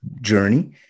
journey